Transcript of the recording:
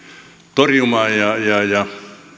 torjumaan ja